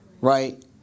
Right